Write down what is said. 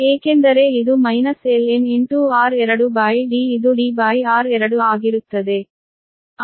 ಏಕೆಂದರೆ ಇದು minus ln ಇದು Dr2 ಆಗಿರುತ್ತದೆ